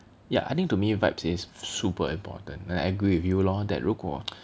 ya I think to me vibes is super important like I agree with you lor that 如果